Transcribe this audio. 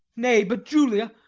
nay, but, julia,